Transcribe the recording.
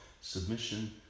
submission